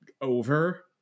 over